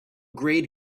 grade